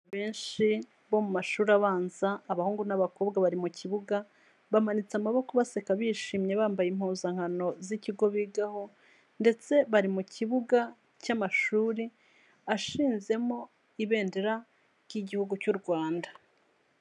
Benshi bo mu mashuri abanza abahungu n'abakobwa bari mu kibuga, bamanitse amaboko baseka bishimye bambaye impuzankano z'ikigo bigaho, ndetse bari mu kibuga cy'amashuri ashinzemo ibendera ry'igihugu cy'u Rwanda.